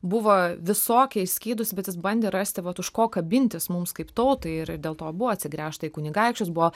buvo visokia išskydus bet jis bandė rasti vat už ko kabintis mums kaip tautai ir dėl to buvo atsigręžta į kunigaikščius buvo